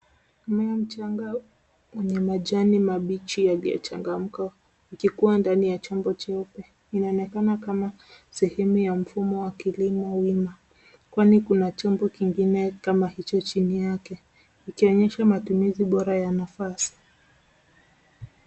Mmea mchanga wenye majani mabichi yaliyochangamka, ikikua ndani ya chombo cheupe. Inaonekana kama sehemu ya mfumo wa kilimo wima, kwani kuna chombo kingine kama hicho chini yake, kikionyesha matumizi bora ya nafasi.